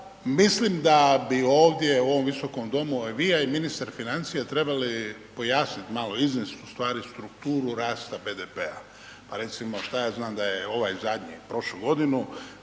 mislim da bi ovdje u ovom visokom domu, a i vi i ministar financija trebali pojasniti malo, iznest u stvari strukturu rasta BDP-a. Pa recimo šta ja znam da je ovaj zadnji prošlu godinu